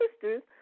sisters